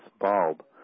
bulb